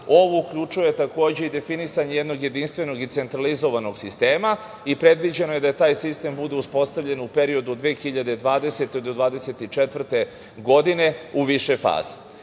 ovo uključuje takođe i definisanje jednog jedinstvenog i centralizovanog sistema i predviđeno je da taj sistem bude uspostavljen u periodu od 2020. godine do 2024. godine u više faza. Ono